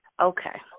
Okay